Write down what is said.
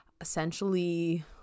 Essentially